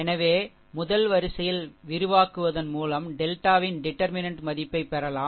எனவே முதல் வரிசையில் விரிவாக்குவதன் மூலம் டெல்டாவின் டிடர்மினென்ட் மதிப்பைப் பெறலாம்